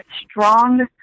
strong